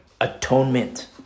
atonement